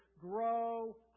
Grow